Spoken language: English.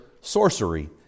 sorcery